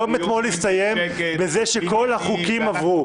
היום של אתמול הסתיים בזה שכל החוקים עברו,